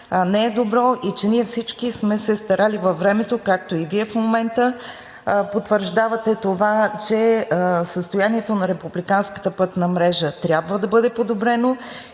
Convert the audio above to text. не е добро, че ние всички сме се старали във времето, както и Вие в момента потвърждавате това, че състоянието на републиканската пътна мрежа трябва да бъде подобрено